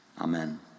Amen